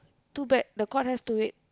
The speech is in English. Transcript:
too bad the court has to wait